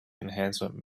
enhancement